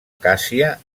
càssia